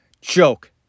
joke